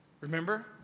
Remember